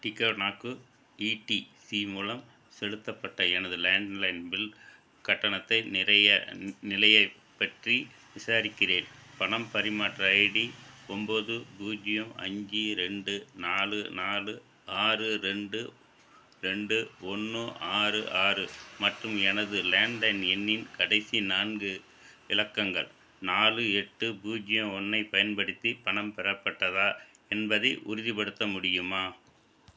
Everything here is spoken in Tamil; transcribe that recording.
டிக்கோனாக்கு இடிசி மூலம் செலுத்தப்பட்ட எனது லேண்ட்லைன் பில் கட்டணத்தை நிறைய நிலையைப்பற்றி விசாரிக்கிறேன் பணம் பரிமாற்ற ஐடி ஒம்பது பூஜ்ஜியம் அஞ்சு ரெண்டு நாலு நாலு ஆறு ரெண்டு ரெண்டு ஒன்று ஆறு ஆறு மற்றும் எனது லேண்ட்லைன் எண்ணின் கடைசி நான்கு இலக்கங்கள் நாலு எட்டு பூஜ்ஜியம் ஒன்றை பயன்படுத்தி பணம் பெறப்பட்டதா என்பதை உறுதிப்படுத்த முடியுமா